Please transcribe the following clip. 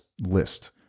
list